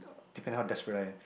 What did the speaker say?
uh depending on how desperate I am